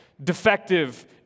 Defective